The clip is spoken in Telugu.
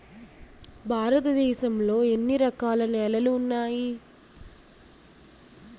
భారతదేశం లో ఎన్ని రకాల నేలలు ఉన్నాయి?